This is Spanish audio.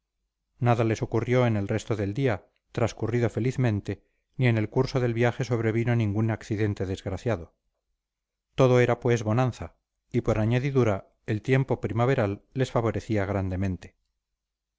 nada les ocurrió en el resto del día transcurrido felizmente ni en el curso del viaje sobrevino ningún accidente desgraciado todo era pues bonanza y por añadidura el tiempo primaveral les favorecía grandemente